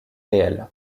réel